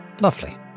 Lovely